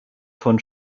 von